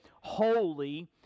holy